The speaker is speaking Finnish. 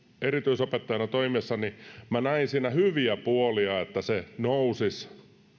erityisopettajana toimiessani näin hyviä puolia siinä että se nousisi